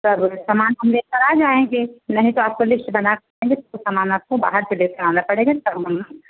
सामान हम लेकर आ जाएंगे नहीं त आपका लिस्ट सामान आपको बाहर से लेकर आना पड़ेगा